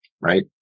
right